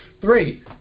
Three